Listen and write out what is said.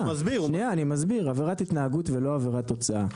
אז אני מסביר, היא עבירת התנהגות ולא עבירת תוצאה.